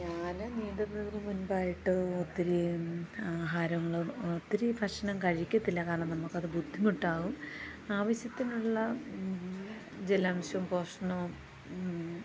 ഞാൻ നീന്തുന്നതിന് മുൻപായിട്ട് ഒത്തിരി ആഹാരങ്ങളും ഒത്തിരി ഭക്ഷണം കഴിക്കത്തില്ല കാരണം നമുക്കത് ബുദ്ധിമുട്ടാവും ആവശ്യത്തിനുള്ള ജലാംശവും പോഷണവും